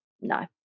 No